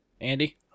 Andy